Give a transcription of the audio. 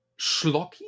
schlocky